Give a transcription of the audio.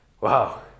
Wow